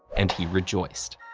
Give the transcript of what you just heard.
and he rejoiced.